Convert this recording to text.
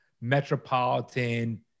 metropolitan